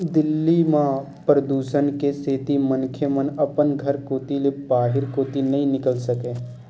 दिल्ली म परदूसन के सेती मनखे मन अपन घर कोती ले बाहिर कोती नइ निकल सकय